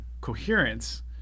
coherence